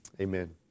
Amen